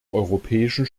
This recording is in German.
europäischen